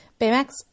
Baymax